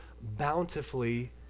bountifully